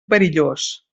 perillós